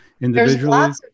individually